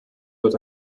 wird